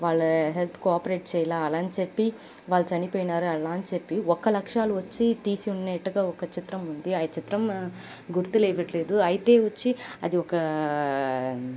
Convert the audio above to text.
వాళ్ళే health cooperate చేయలేదు అలా అని చెప్పి వాళ్ళు చనిపోయినారు అలా అని చెప్పి ఒక లక్షలు వచ్చి తీసునేట్టుగా ఒక చిత్రం ఉంది ఆ చిత్రం గుర్తులేవట్లేదు అయితే వచ్చి అది ఒక